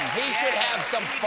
he should have some